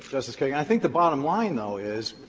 justice kagan. i think the bottom line, though, is,